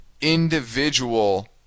individual